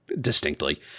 distinctly